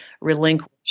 relinquish